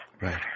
Right